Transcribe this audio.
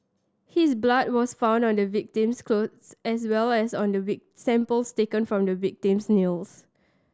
his blood was found on the victim's clothes as well as on the week samples taken from the victim's nails